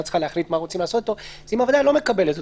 צריכה להחליט מה רוצים לעשות אתו הוא אם הוועדה לא מקבלת החלטה.